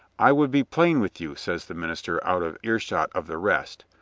i would be plain with you, says the minister, out of earshot of the rest.